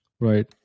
Right